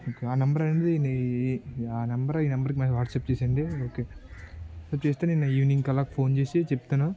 ఆ నెంబర్ అనేది న ఈ ఆ నెంబర్ ఈ నెంబర్కి వాట్సాప్ చేయండి ఓకే వాట్సప్ చేస్తే నేను ఈవినింగ్ అలాగ ఫోన్ చేసి చెప్తాను